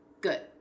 Good